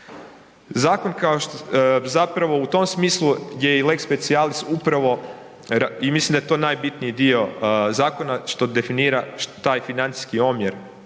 Zakon kao što, zapravo u tom smislu gdje je i lex specialis upravo i mislim da je to najbitniji dio zakona, što definira taj financijski omjer,